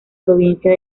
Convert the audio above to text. provincia